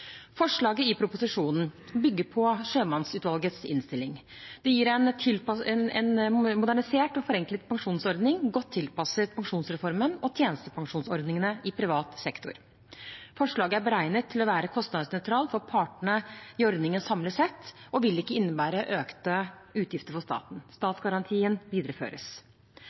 Forslaget i proposisjonen bygger på sjømannspensjonsutvalgets innstilling. Det gir en modernisert og forenklet pensjonsordning, godt tilpasset pensjonsreformen og tjenestepensjonsordningene i privat sektor. Forslaget er beregnet til å være kostnadsnøytralt for partene i ordningen samlet sett og vil ikke innebære økte utgifter for staten. Statsgarantien videreføres.